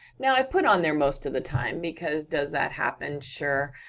now, i put on there most of the time, because does that happen? sure.